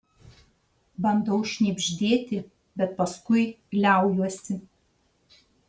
bandau šnibždėti bet paskui liaujuosi